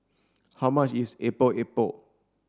how much is Epok Epok